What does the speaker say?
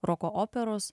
roko operos